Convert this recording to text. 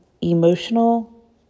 emotional